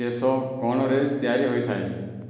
କେଶ କ'ଣରେ ତିଆରି ହୋଇଥାଏ